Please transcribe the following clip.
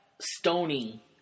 stony